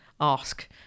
Ask